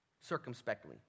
Circumspectly